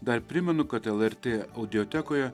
dar primenu kad lrt audiotekoje